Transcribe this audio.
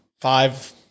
five